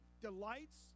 delights